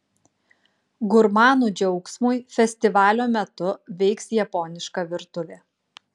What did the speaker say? gurmanų džiaugsmui festivalio metu veiks japoniška virtuvė